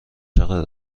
چقدر